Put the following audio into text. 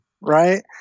right